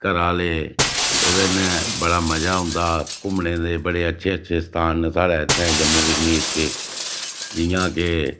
घरै आह्ले ओह्दे कन्नै बड़ा मज़ा औंदा घूमने दे बड़े अच्छे अच्छे स्थान न साढ़ै इत्थें जम्मू कश्मीर च जियां के